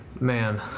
Man